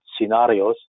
scenarios